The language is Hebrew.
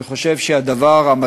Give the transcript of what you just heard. אני חושב שהמזל